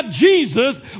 Jesus